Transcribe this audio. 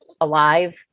alive